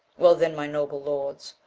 well, then, my noble lords,